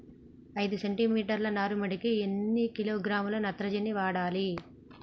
ఐదు సెంటిమీటర్ల నారుమడికి ఎన్ని కిలోగ్రాముల నత్రజని వాడాలి?